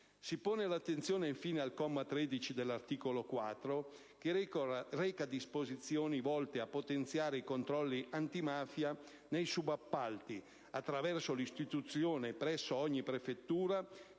Richiamo l'attenzione, infine, sul comma 13 dell'articolo 4, che reca disposizioni volte a potenziare i controlli antimafia nei subappalti, attraverso l'istituzione, presso ogni prefettura,